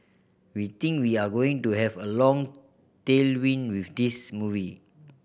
we think we are going to have a long tailwind with this movie